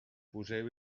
poseu